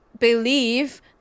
believe